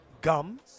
Gum